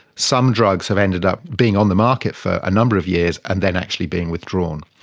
some drugs have ended up being on the market for a number of years and then actually being withdrawn.